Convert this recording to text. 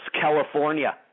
California